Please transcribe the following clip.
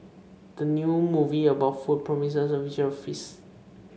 the new movie about food promises a visual feast